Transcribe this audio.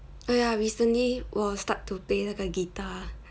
oh ya recently 我 start to play 那个 guitar